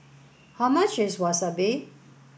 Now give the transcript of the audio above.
how much is Wasabi